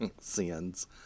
sins